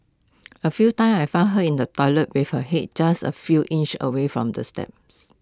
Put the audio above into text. A few times I found her in the toilet before her Head just A few inches away from the steps